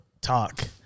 talk